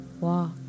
walk